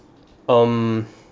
um